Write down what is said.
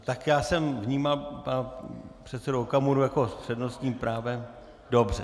Tak já jsem vnímal pana předsedu Okamuru jako s přednostním právem, dobře.